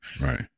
Right